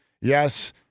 yes